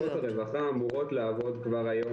לשכות הרווחה אמורות לעבוד כבר היום